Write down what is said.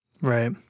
Right